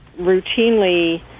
routinely